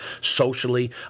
socially